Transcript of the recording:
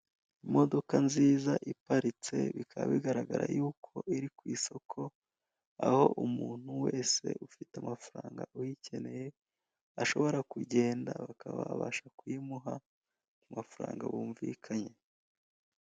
Imodoka nziza iparitse bikaba bigaragara yuko iri ku isoko, aho umuntu wese ufite amafaranga uyikeneye ashobora kugenda bakaba babasha kuyimuha ku mafaranga bumvikanye.